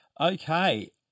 Okay